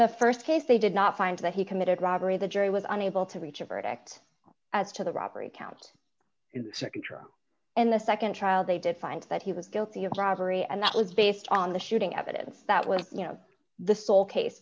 the st case they did not find that he committed robbery the jury was unable to reach a verdict as to the robbery count nd trial and the nd trial they did find that he was guilty of robbery and that was based on the shooting evidence that was you know the sole case